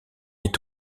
est